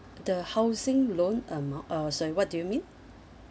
the housing loan amount uh sorry what do you mean